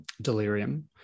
delirium